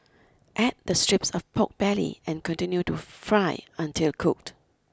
add the strips of pork belly and continue to fry until cooked